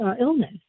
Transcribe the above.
illness